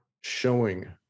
showing